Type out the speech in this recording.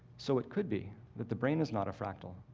so it could be that the brain is not a fractal,